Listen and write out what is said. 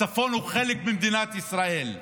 הצפון הוא חלק ממדינת ישראל.